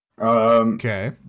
Okay